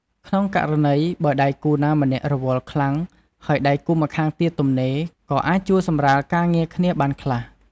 ក្នុងករណីបើដៃគូណាម្នាក់រវល់ខ្លាំង ហើយដៃគូម្ខាងទៀតទំនេរ ក៏អាចជួយសម្រាលការងារគ្នាបានខ្លះ។